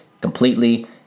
completely